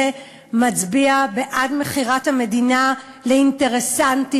מצביע בעד מכירת המדינה לאינטרסנטים,